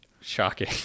shocking